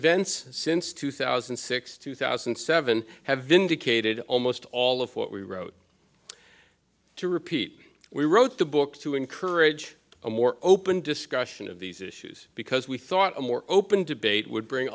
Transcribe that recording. events since two thousand and six two thousand and seven have indicated almost all of what we wrote to repeat we wrote the book to encourage a more open discussion of these issues because we thought a more open debate would bring